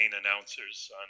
announcers